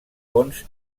pons